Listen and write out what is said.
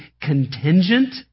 contingent